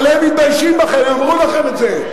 אבל הם מתביישים בכם, הם אמרו לכם את זה.